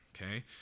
okay